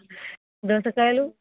దోసకాయలు